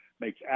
makes